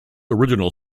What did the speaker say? original